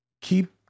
Keep